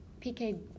PK